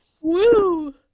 Woo